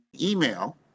email